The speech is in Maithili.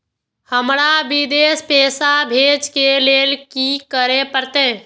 हमरा विदेश पैसा भेज के लेल की करे परते?